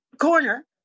corner